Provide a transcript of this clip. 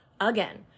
again